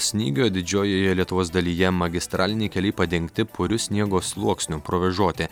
snygio didžiojoje lietuvos dalyje magistraliniai keliai padengti puriu sniego sluoksniu provėžoti